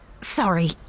sorry